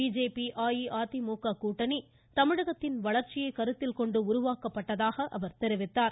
BJP AIADMK கூட்டணி தமிழகத்தின் வளர்ச்சியை கருத்தில் கொண்டு உருவாக்கப்பட்டதாக தெரிவித்தார்